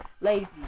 Lazy